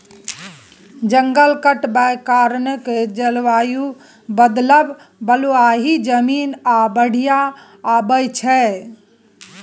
जंगल कटबाक कारणेँ जलबायु बदलब, बलुआही जमीन, आ बाढ़ि आबय छै